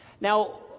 Now